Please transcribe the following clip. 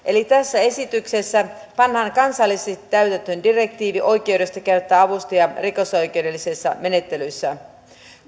tässä esityksessä pannaan kansallisesti täytäntöön direktiivi oikeudesta käyttää avustajaa rikosoikeudellisissa menettelyissä